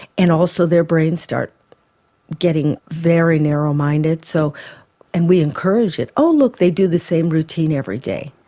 and also their brains start getting very narrow-minded, so and we encourage it. oh look, they do the same routine every day,